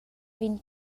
vegn